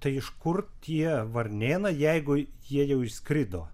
tai iš kur tie varnėnai jeigu jie jau išskrido